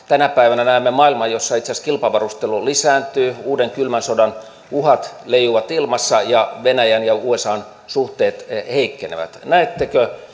tänä päivänä näemme maailman jossa itse asiassa kilpavarustelu lisääntyy uuden kylmän sodan uhat leijuvat ilmassa ja venäjän ja usan suhteet heikkenevät näettekö